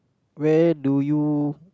where do you